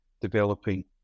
developing